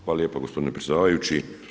Hvala lijepa gospodine predsjedavajući.